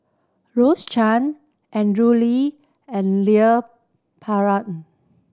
Rose Chan Andrew Lee and Leon Perera